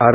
R